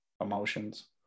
emotions